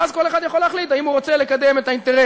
ואז כל אחד יכול להחליט אם הוא רוצה לקדם את האינטרס